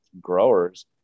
growers